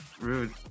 rude